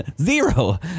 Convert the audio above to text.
Zero